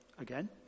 again